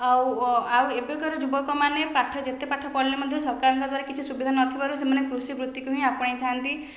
ଆଉ ଆଉ ଏବେକାର ଯୁବକମାନେ ପାଠ ଯେତେ ପାଠ ପଢ଼ିଲେ ମଧ୍ୟ ସରକାରଙ୍କ ଦ୍ଵାରା କିଛି ସୁବିଧା ନଥିବାରୁ ସେମାନେ କୃଷି ବୃତ୍ତିକୁ ହିଁ ଆପଣାଇଥାନ୍ତି